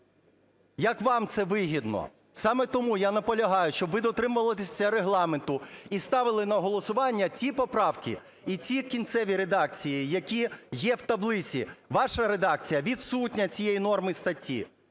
як вам це вигідно. Саме тому я наполягаю, щоб ви дотримувалися Регламенту і ставили на голосування ті поправка і ті кінцеві редакції, які є в таблиці. Ваша редакція відсутня цієї норми статті.